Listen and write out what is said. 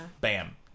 bam